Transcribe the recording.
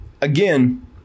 again